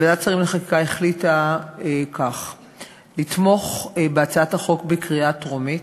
ועדת השרים לחקיקה החליטה לתמוך בהצעת החוק בקריאה טרומית,